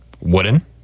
Wooden